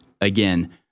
again